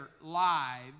lives